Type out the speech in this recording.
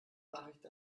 nachricht